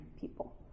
people